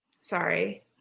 sorry